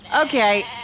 Okay